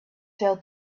sell